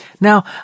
Now